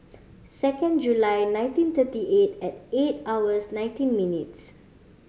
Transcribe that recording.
second July nineteen thirty eight at eight hours nineteen minutes